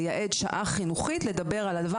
לייעד שעה חינוכית לדבר על הדבר.